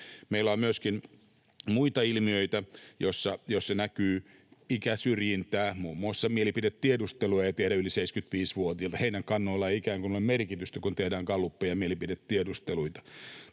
Meillä on myöskin muita ilmiöitä, joissa näkyy ikäsyrjintää. Muun muassa mielipidetiedusteluja ei tehdä yli 75-vuotiaille. Heidän kannoillaan ei ikään kuin ole merkitystä, kun tehdään gallupeja ja mielipidetiedusteluja.